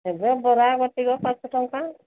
ଏବେ ବରା ଗୋଟିକ ପାଞ୍ଚ ଟଙ୍କା